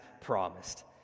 promised